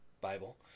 Bible